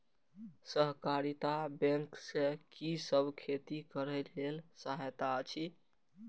सहकारिता बैंक से कि सब खेती करे के लेल सहायता अछि?